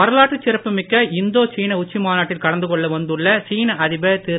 வரலாற்றுச் சிறப்பு மிக்க இந்தோ சீன உச்சி மாநாட்டில் கலந்துகொள்ள வந்துள்ள சீன அதிபர் திரு